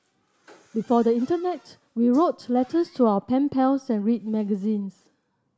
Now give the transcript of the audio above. before the internet we wrote letters to our pen pals and read magazines